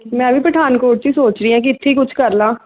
ਮੈਂ ਵੀ ਪਠਾਨਕੋਟ 'ਚ ਹੀ ਸੋਚ ਰਹੀ ਐਂ ਕਿ ਇੱਥੇ ਹੀ ਕੁਛ ਕਰ ਲਾ